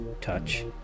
touch